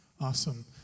Awesome